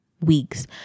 weeks